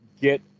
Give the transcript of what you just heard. Get